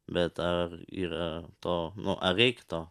bet ar yra to nu ar reik to